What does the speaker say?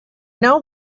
know